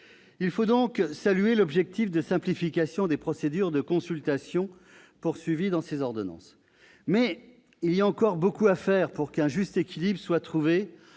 Il faut donc saluer l'objectif de simplification des procédures de consultation fixé dans ces ordonnances. Mais il y a encore beaucoup à faire pour qu'un juste équilibre soit trouvé